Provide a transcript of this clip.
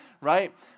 right